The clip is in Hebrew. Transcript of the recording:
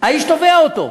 האיש תובע אותו.